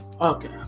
Okay